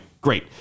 great